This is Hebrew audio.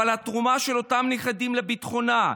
אבל התרומה של אותם נכדים לביטחונה,